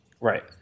Right